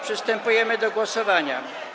Przystępujemy do głosowania.